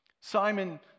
Simon